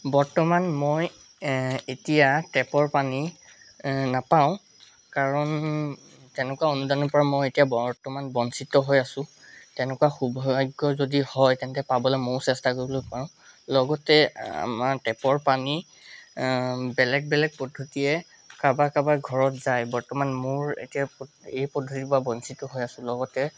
বৰ্তমান মই এতিয়া টেপৰ পানী নাপাওঁ কাৰণ তেনেকুৱা অনুদানৰ পৰা মই এতিয়া বৰ্তমান বঞ্চিত হৈ আছোঁ তেনেকুৱা সৌভাগ্য যদি হয় তেন্তে পাবলৈ ময়ো চেষ্টা কৰিবলৈ পাৰোঁ লগতে আমাৰ টেপৰ পানী বেলেগ বেলেগ পদ্ধতিয়ে কাৰোবাৰ কাৰোবাৰ ঘৰত যায় বৰ্তমান মোৰ এতিয়া পদ্ এই পদ্ধতিৰ পৰা বঞ্চিত হৈ আছোঁ লগতে